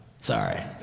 sorry